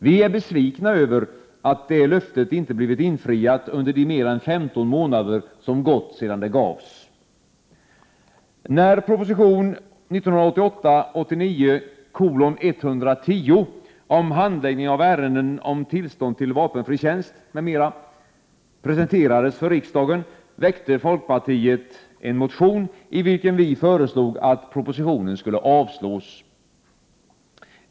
Vi är besvikna över att det löftet inte blivit infriat under de mer än 15 månader som gått sedan det gavs. När proposition 1988/89:110 om handläggning av ärenden om tillstånd till vapenfri tjänst m.m. presenterades för riksdagen, väckte folkpartiet en motion, i vilken vi föreslog att propositionen skulle avslås.